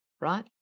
right